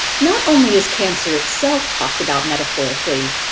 not only is cancer itself talked about metaphorically,